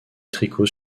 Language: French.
tricot